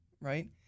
right